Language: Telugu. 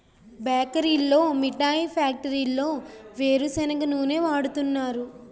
బేకరీల్లో మిఠాయి ఫ్యాక్టరీల్లో వేరుసెనగ నూనె వాడుతున్నారు